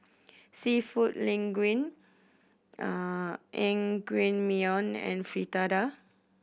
Seafood Linguine Naengmyeon and Fritada